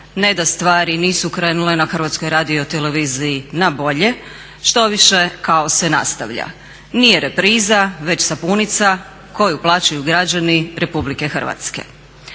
ne da stvari nisu krenule na Hrvatskoj radioteleviziji na bolje, štoviše kaos se nastavlja. Nije repriza već sapunica koju plaćaju građani RH.